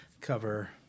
cover